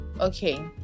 okay